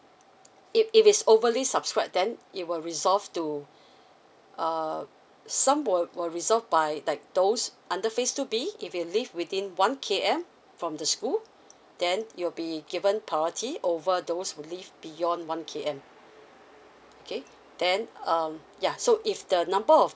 if if it's overly subscribe then it will resolve to err some would would resolve by like those under phase two B if you live within one K_M from the school then you'll be given priority over those who live beyond one K_M okay then um yeah so if the number of